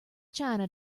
china